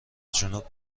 جنوب